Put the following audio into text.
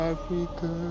Africa